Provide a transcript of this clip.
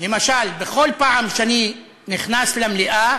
למשל, בכל פעם שאני נכנס למליאה